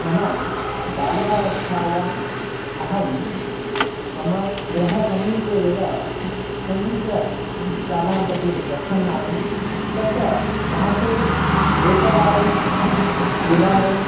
मम बाल्यावस्थायाम् अहं मम गृहसमीपे एव सङ्गीतशालां प्रति गच्छन् आसम् तत्र मासे एकवारं द्विवारं